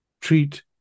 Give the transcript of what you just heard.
treat